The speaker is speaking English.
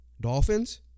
Dolphins